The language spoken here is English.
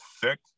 thick